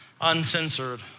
uncensored